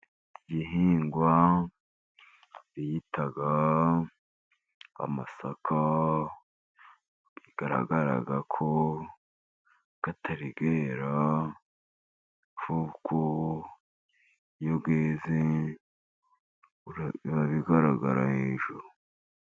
Igihingwa bita amasaka, bigaragara ko atari yera, kuko iyo yeze biba bigaragara hejuru.